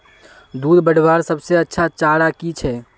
दूध बढ़वार सबसे अच्छा चारा की छे?